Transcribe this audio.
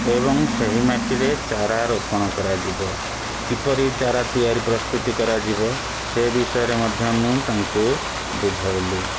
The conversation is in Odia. ଏବଂ ସେହି ମାଟିରେ ଚାରା ରୋପଣ କରାଯିବ କିପରି ଚାରା ତିଆରି ପ୍ରସ୍ତୁତି କରାଯିବ ସେ ବିଷୟରେ ମଧ୍ୟ ମୁଁ ତାଙ୍କୁ ବୁଝାଇଲି